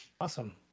Awesome